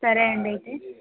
సరే అండి అయితే